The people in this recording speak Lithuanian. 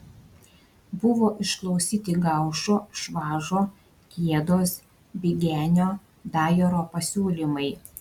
buvo išklausyti gaušo švažo kiedos bigenio dajoro pasiūlymai